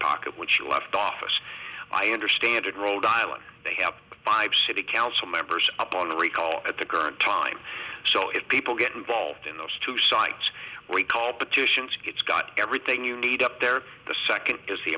pocket when she left office i understand it rolled island they have five city council members up on the recall at the current time so it people get involved in those two sides we call petitions to get got everything you need up there the second is the